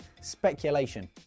Speculation